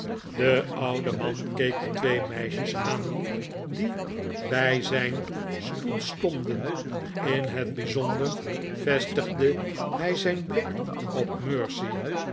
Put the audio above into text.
de oude man keek de twee meisjes aan die bij zijn stoel stonden in het bijzonder vestigde hij zijn blik op mercy